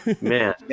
man